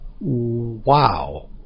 wow